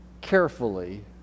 carefully